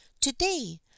today